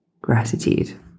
gratitude